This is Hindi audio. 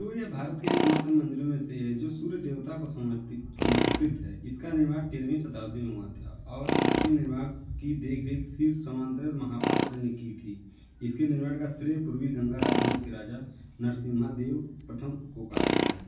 तो यह भारत के एकमात्र मंदिरों में से है जो सूर्य देवता को समर्ती समर्पित है इसका निर्माण तेरहवीं शताब्दी में हुआ था और इसके निर्माण की देख रेख शिव सामंतराय महापात्र ने की थी इसके निर्माण का श्रेय पूर्वी गंगा राजवंश के राजा नरसिम्ह देव प्रथम को पाया जाता है